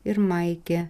ir maikė